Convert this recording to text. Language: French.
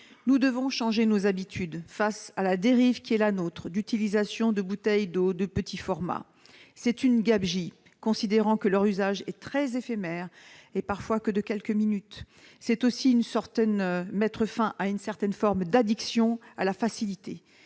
Nous devons changer nos habitudes face à la dérive qui est la nôtre d'utilisation de bouteilles d'eau de petit format. C'est une gabegie, considérant que leur usage, très éphémère, n'est parfois que de quelques minutes. C'est aussi mettre fin à une certaine forme d'addiction à la facilité.